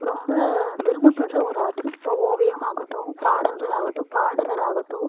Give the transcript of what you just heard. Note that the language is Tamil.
ரொம்ப விரும்பப்படுற ஒரு ஆர்ட் இப்போ ஓவியமாகட்டும் பாடல்கள் ஆகட்டும் பாடகர்கள் ஆகட்டும்